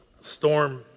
storm